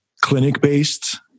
clinic-based